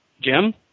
Jim